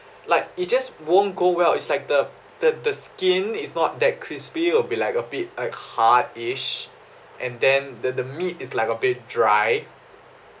like it just won't go well it's like the the the skin is not that crispy it will be like a bit like hard-ish and then the the meat is like a bit dry